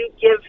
give